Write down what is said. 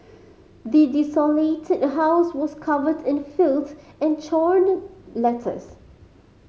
the desolated house was covered in filth and torn letters